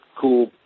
Cool